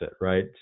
right